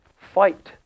fight